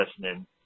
listening